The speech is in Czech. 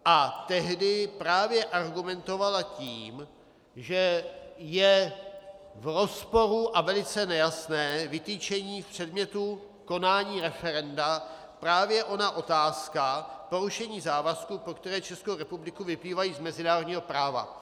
A tehdy právě argumentovala tím, že je v rozporu a velice nejasné vytyčení předmětu konání referenda právě ona otázka porušení závazků, které pro Českou republiku vyplývají z mezinárodního práva.